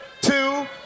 two